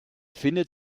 findet